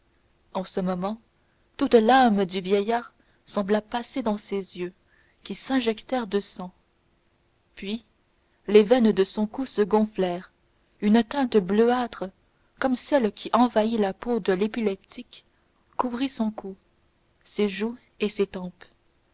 en ce moment toute l'âme du vieillard sembla passer dans ses yeux qui s'injectèrent de sang puis les veines de son cou se gonflèrent une teinte bleuâtre comme celle qui envahit la peau de l'épileptique couvrit son cou ses joues et ses tempes